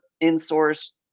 in-source